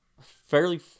Fairly